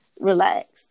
relax